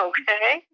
Okay